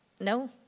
No